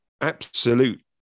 absolute